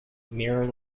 mirror